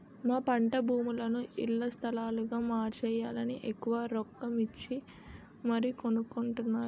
మా పంటభూములని ఇళ్ల స్థలాలుగా మార్చేయాలని ఎక్కువ రొక్కమిచ్చి మరీ కొనుక్కొంటున్నారు